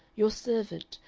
your servant,